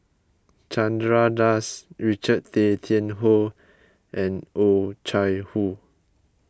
Chandra Das Richard Tay Tian Hoe and Oh Chai Hoo